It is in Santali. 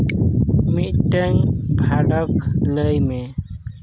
ᱢᱤᱫᱴᱮᱝ ᱵᱷᱟᱸᱰᱳᱠ ᱞᱟᱹᱭ ᱢᱮ